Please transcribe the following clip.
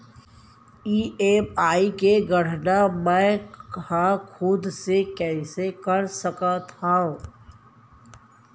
EMI के गड़ना मैं हा खुद से कइसे कर सकत हव?